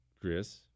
chris